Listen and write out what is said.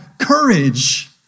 courage